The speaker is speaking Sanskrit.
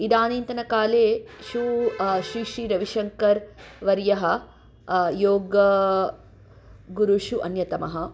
इदानीन्तनकालेषु श्री श्री रविशङ्कर् वर्यः योगगुरुषु अन्ततमः